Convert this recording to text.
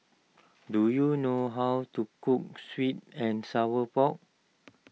do you know how to cook Sweet and Sour Pork